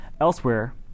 Elsewhere